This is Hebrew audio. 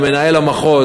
למנהל המחוז,